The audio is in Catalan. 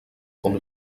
com